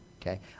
okay